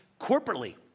corporately